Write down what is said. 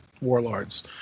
Warlords